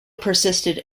persisted